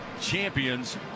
champions